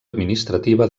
administrativa